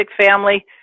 family